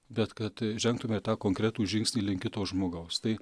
bet kad žengtume tą konkretų žingsnį link kito žmogaus tai